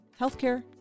healthcare